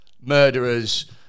murderers